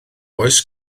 oes